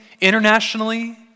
internationally